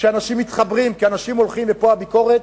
שאנשים מתחברים, כי אנשים הולכים, ופה הביקורת,